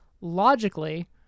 logically